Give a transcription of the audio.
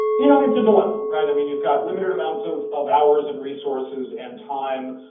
you know, it's a dilemma, right. i mean you've got limited amounts of of hours and resources and time,